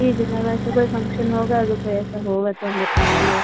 जी जी मैम ऐसा कोई फ़ंक्शन होगा अगर कोई ऐसा होगा तो हम बताएँगे